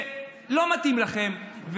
לא מתאים לכם.